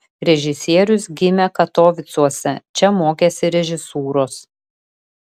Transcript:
režisierius gimė katovicuose čia mokėsi režisūros